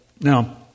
Now